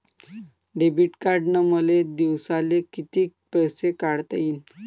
Debit कार्डनं मले दिवसाले कितीक पैसे काढता येईन?